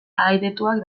ahaidetuak